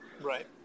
Right